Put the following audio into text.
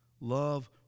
Love